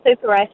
super